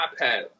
iPad